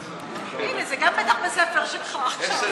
הינה, גם זה בטח בספר שלך.